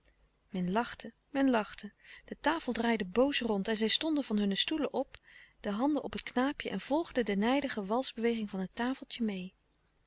men lachte men lachte de tafel draaide boos rond en zij stonden van hunne stoelen louis couperus de stille kracht op de handen op het knaapje en volgden de nijdige walsbeweging van het tafeltje meê